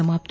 समाप्त